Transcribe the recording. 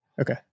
Okay